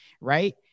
right